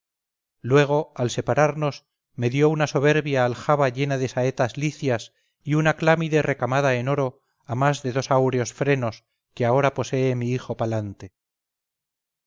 luego al separarnos me dio una soberbia aljaba llena de saetas licias y una clámide recamada en oro a más de dos áureos frenos que ahora posee mi hijo palante